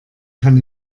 kann